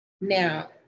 Now